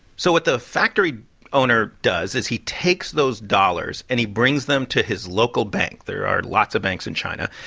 so what the factory owner does is he takes those dollars and he brings them to his local bank. there are lots of banks in china.